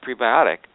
prebiotic